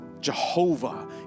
Jehovah